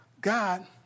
God